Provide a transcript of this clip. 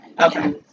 Okay